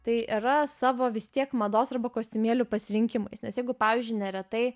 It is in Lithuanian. tai yra savo vis tiek mados arba kostiumėlių pasirinkimais nes jeigu pavyzdžiui neretai